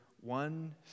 one